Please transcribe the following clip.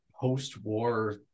post-war